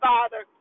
Father